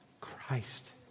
Christ